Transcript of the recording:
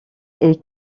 est